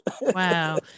Wow